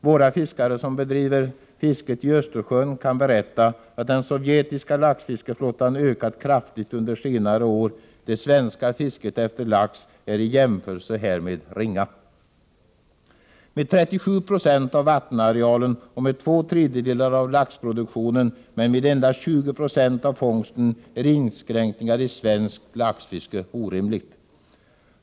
Våra fiskare som bedriver fiske i Östersjön kan berätta att den sovjetiska laxfiskeflottan ökat kraftigt under senare år. Det svenska fisket efter lax är i jämförelse med det sovjetiska ringa. Med hänsyn till att vi har 37 96 av vattenarealen och står för två tredjedelar av laxproduktionen men svarar för endast 20 90 av fångsten är inskränkningar i det svenska laxfisket orimligt.